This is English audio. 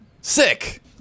sick